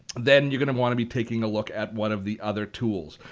then you're going to want to be taking a look at one of the other tools.